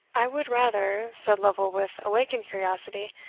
i would rather, said lovel with awakened curiosity,